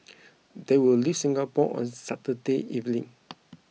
they will leave Singapore on Saturday evening